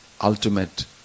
ultimate